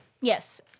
Yes